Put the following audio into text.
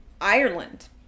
Ireland